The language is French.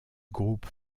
groupe